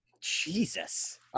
Jesus